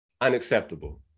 unacceptable